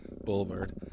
Boulevard